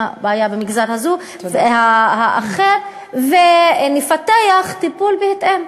הבעיה במגזר האחר ונפתח טיפול בהתאם.